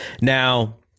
Now